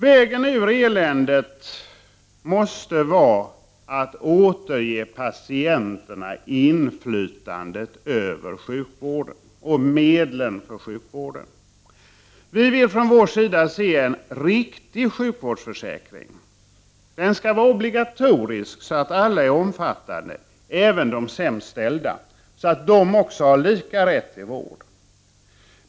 Vägen ur eländet måste vara att återge patienterna inflytandet över sjukvården och medlen för sjukvården. Vi vill se en riktig sjukvårdsförsäkring. Den skall vara obligatorisk så att alla omfattas — även de sämst ställda, så att också de skall ha rätt till lika vård.